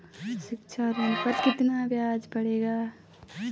शिक्षा ऋण पर कितना ब्याज पड़ेगा?